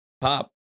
pop